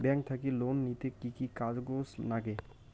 Bank থাকি loan নিতে কি কি কাগজ নাগে?